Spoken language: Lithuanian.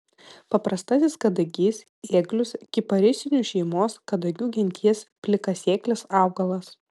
paprastasis kadagys ėglius kiparisinių šeimos kadagių genties plikasėklis augalas